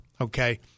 okay